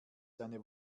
seine